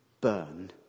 burn